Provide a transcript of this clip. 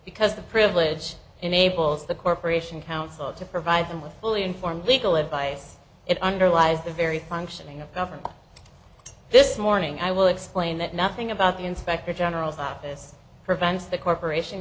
because the privilege enables the corporation counsel to provide them with fully informed legal advice it underlies the very functioning of government this morning i will explain that nothing about the inspector general's office prevents the corporation